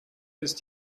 ist